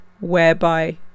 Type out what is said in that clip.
whereby